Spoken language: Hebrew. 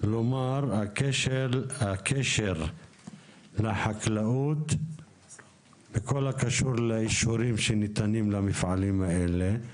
כלומר הקשר לחקלאות בכל הקשור לאישורים שניתנים למפעלים האלה.